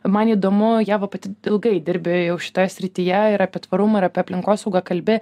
man įdomu ieva pati ilgai dirbi jau šitoje srityje ir apie tvarumą ir apie aplinkosaugą kalbi